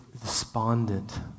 despondent